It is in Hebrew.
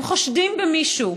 הם חושדים במישהו,